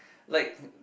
like